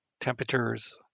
temperatures